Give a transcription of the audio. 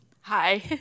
Hi